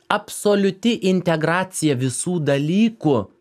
absoliuti integracija visų dalykų